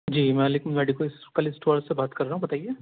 جی میں لکو میڈیکل کل اسٹور سے بات کر رہا ہوں بتائیے